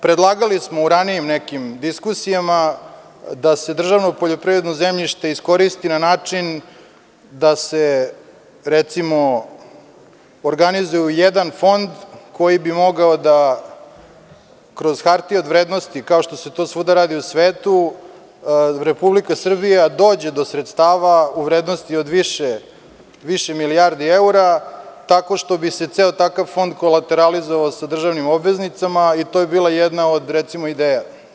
Predlagali smo u ranijim nekim diskusijama da se državno poljoprivredno zemljište iskoristi na način da se recimo organizuje u jedan fond koji bi mogao da kroz hartije od vrednosti, kao što se to svuda radi u svetu, Republika Srbija dođe do sredstava u vrednosti od više milijardi evra, tako što bi se ceo takav fond kolateralizovao sa državnim obveznicama i to je bila jedna od recimo ideja.